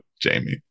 Jamie